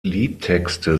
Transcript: liedtexte